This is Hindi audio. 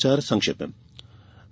समाचार संक्षेप में